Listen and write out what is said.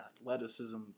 athleticism